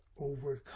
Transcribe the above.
overcome